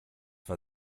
war